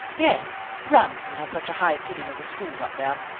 yes. ramsden has such a high opinion of the schools up there.